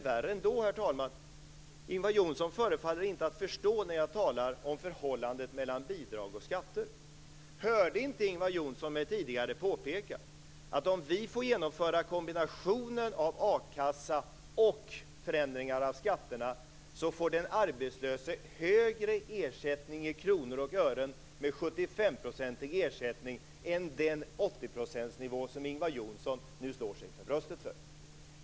Värre ändå, herr talman: Ingvar Johnsson förefaller inte att förstå när jag talar om förhållandet mellan bidrag och skatter. Hörde inte Ingvar Johnsson vad jag tidigare påpekade? Jag sade att om Moderaterna får genomföra kombinationen av a-kassa och förändringar av skatterna får den arbetslöse högre ersättning i kronor och ören med en 75-procentig ersättning än med den 80-procentsnivå som Ingvar Johnsson nu slår sig för bröstet för. Herr talman!